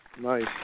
Nice